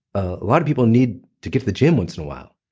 a lot of people need to get to the gym once in a while.